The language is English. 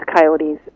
coyotes